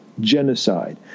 Genocide